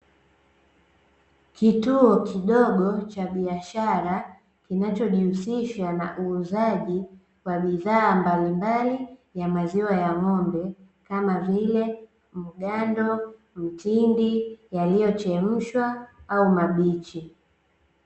Kituo kidogo cha biashara kinachojihusisha na uuzaji wa bidhaa mbalimbali ya maziwa ya ng'ombe kama vile mgando, mtindi, yaliyochemshwa au mabichi.